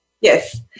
Yes